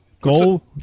Goal